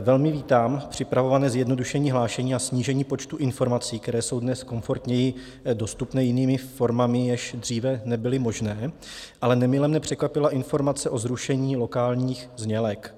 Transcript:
Velmi vítám připravované zjednodušení hlášení a snížení počtu informací, které jsou dnes komfortněji dostupné jinými formami, jež dříve nebyly možné, ale nemile mne překvapila informace o zrušení lokálních znělek.